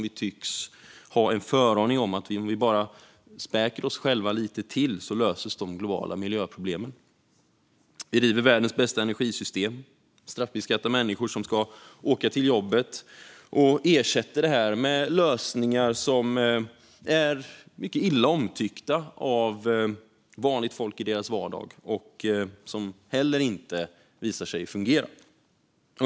Vi tycks ha en föreställning om att om vi bara späker oss själva lite till löses de globala miljöproblemen. Vi river världens bästa energisystem och straffbeskattar människor som ska åka till jobbet, och vi ersätter detta med lösningar som är mycket illa omtyckta av vanligt folk i deras vardag och heller inte fungerar.